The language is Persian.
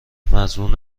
مضمون